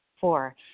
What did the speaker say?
Four